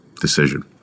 decision